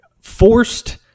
Forced